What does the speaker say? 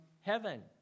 heaven